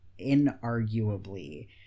inarguably